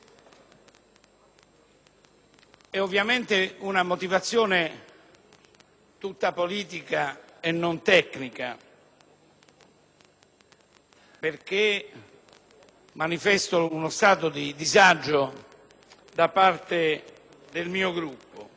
ovviamente di una motivazione tutta politica, e non tecnica, che manifesta uno stato di disagio da parte del mio Gruppo;